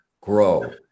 grow